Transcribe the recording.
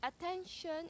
Attention